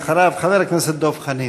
אחריו, חבר הכנסת דב חנין.